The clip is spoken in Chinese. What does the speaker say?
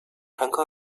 乘客